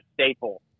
staple